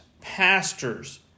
pastors